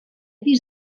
pis